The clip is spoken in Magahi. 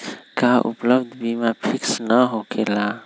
का उपलब्ध बीमा फिक्स न होकेला?